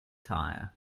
tyre